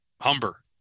Humber